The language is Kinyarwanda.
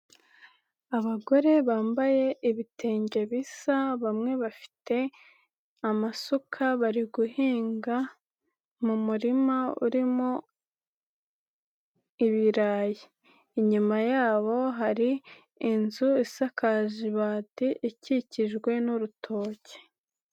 Abagore bambaye ibitenge bisa bamwe bafite amasuka bari guhinga mu murima urimo ibirayi. Inyuma yabo hari inzu isakaje ibati ikikijwe n'urutoki.